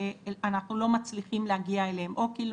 אנחנו לא מצליחים להגיע אליכם או כי לא